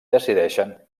decideixen